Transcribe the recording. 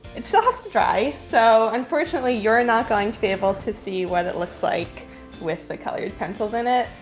it still has to dry, so unfortunately you're not going to be able to see what it looks like with the colored pencils in it.